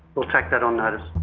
we'll take that on notice.